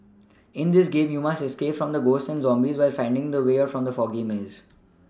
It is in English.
in this game you must escape from the ghosts and zombies while finding the way out from the foggy maze